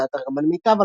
הוצאת ארגמן מיטב,